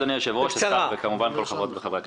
אדוני היושב-ראש, אדוני השר וחברות וחברי הכנסת,